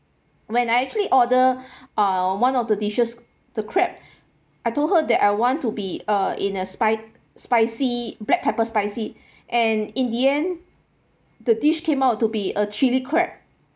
when I actually order uh one of the dishes the crab I told her that I want to be uh in a spi~ spicy black pepper spicy and in the end the dish came out to be a chilli crab